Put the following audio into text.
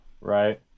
Right